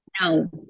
No